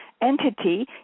entity